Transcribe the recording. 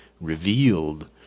revealed